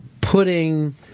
putting